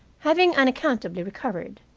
having unaccountably recovered,